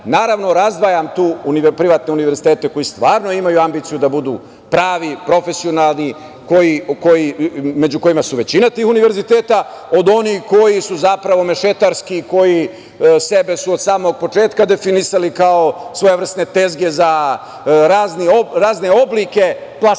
itd. Naravno, razdvajam tu privatne univerzitete koji stvarno imaju ambiciju da budu pravi,, profesionalni među kojima su većina tih univerziteta, od onih kojih su zapravo mešetarski, koji su sebe od samog početka definisali kao svojevrsne tezge za razne oblike plasmana